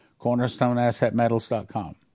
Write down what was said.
Cornerstoneassetmetals.com